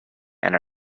and